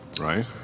right